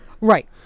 Right